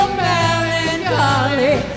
melancholy